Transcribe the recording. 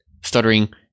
Stuttering